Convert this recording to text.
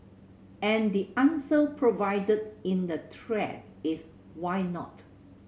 and the answer provided in the thread is why not